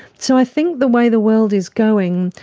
so i think the way the world is going,